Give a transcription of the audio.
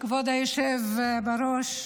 כבוד היושב בראש,